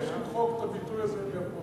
אני מבקש למחוק את הביטוי הזה מהפרוטוקול.